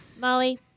Molly